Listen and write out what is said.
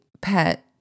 pet